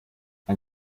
ein